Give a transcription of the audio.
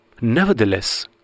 Nevertheless